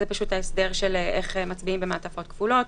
זה ההסדר איך מצביעים במעטפות כפולות.